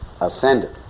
ascended